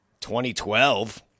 2012